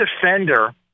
defender